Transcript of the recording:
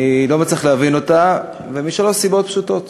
אני לא מצליח להבין אותה, משלוש סיבות פשוטות: